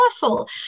powerful